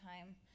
time